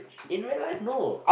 in real life no